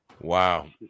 Wow